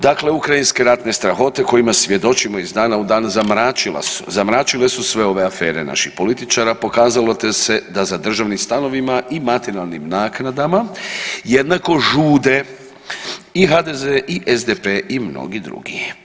Dakle ukrajinske ratne strahote kojima svjedočimo iz dana u dan zamračile su sve ove afere naših političara, pokazalo se da za državnim stanovima i materijalnim naknadama jednako žude i HDZ i SDP i mnogi drugi.